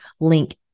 link